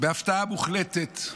בהפתעה מוחלטת.